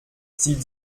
sieht